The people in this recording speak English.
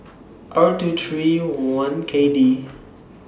R two three one K D